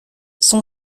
son